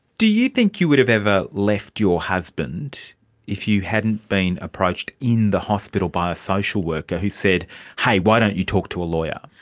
do you think you would have ever left your husband if you hadn't been approached in the hospital by a social worker who said hey why don't you talk to a lawyer?